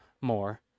more